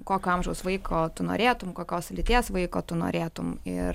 kokio amžiaus vaiko tu norėtum kokios lyties vaiko tu norėtum ir